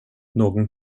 någon